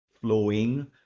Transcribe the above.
flowing